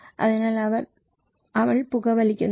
അതിനാൽ അവൾ പുകവലിക്കുന്നു